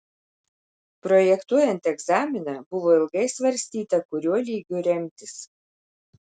projektuojant egzaminą buvo ilgai svarstyta kuriuo lygiu remtis